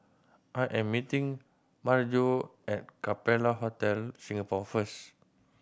I am meeting Maryjo at Capella Hotel Singapore first